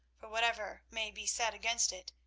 for whatever may be said against it,